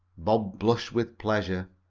bob blushed with pleasure.